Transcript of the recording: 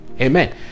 Amen